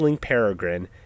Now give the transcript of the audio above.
peregrine